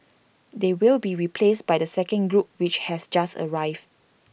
they will be replaced by the second group which has just arrived